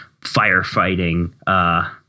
firefighting